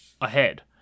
ahead